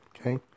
Okay